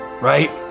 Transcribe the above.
right